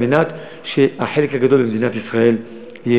כדי שהחלק הגדול במדינת ישראל יהיה